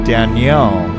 Danielle